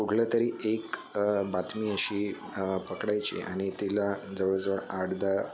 कुठलं तरी एक बातमी अशी पकडायची आणि तिला जवळजवळ आठ दहा